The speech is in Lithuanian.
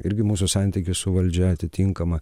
irgi mūsų santykis su valdžia atitinkama